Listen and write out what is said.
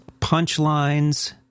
Punchlines